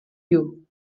you